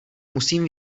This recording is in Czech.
musím